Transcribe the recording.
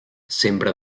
sembra